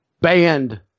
banned